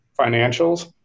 financials